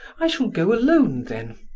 i shall go alone, then.